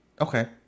Okay